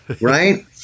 right